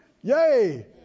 yay